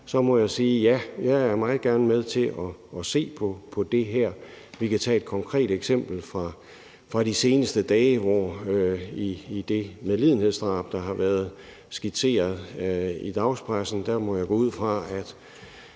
må jeg sige: Ja, jeg vil meget gerne være med til at se på det her. Vi kan tage et konkret eksempel fra de seneste dage, nemlig det medlidenhedsdrab, der har været skitseret i dagspressen. Her må jeg gå ud fra, at